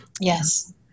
Yes